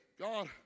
God